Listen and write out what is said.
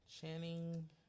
Channing